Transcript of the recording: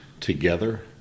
together